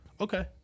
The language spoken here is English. okay